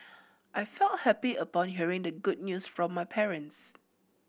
I felt happy upon hearing the good news from my parents